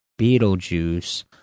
Beetlejuice